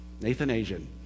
Nathan-Asian